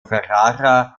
ferrara